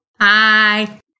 Hi